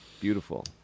beautiful